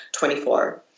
24